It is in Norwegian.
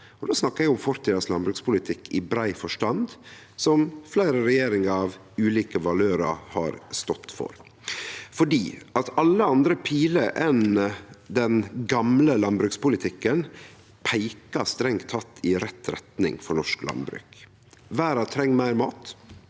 Då snakkar eg om fortidas landbrukspolitikk i brei forstand, som fleire regjeringar av ulike valørar har stått for. Alle andre pilar enn den gamle landbrukspolitikken peikar strengt teke i rett retning for norsk landbruk. Verda treng meir mat.